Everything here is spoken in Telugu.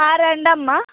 రండి అమ్మ